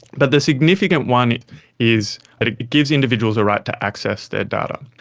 but the significant one is that it gives individuals a right to access their data.